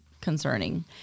concerning